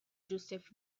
joseph